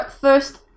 first